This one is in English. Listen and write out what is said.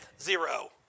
zero